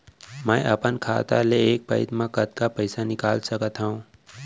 मैं अपन खाता ले एक पइत मा कतका पइसा निकाल सकत हव?